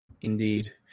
Indeed